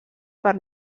per